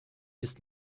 ist